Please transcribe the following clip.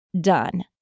done